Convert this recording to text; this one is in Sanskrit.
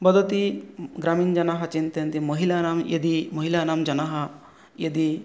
वदति ग्रामीणजना चिन्तयन्ति महिलानां यदि महिलानां जना यदि